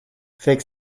fake